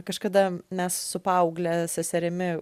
kažkada mes su paaugle seserimi